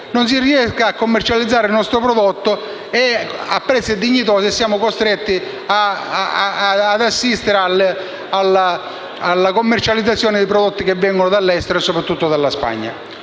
non si riesca a commercializzare il nostro prodotto a prezzi dignitosi e siamo costretti ad assistere alla commercializzazione di prodotti che vengono dall'estero e soprattutto dalla Spagna.